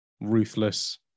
ruthless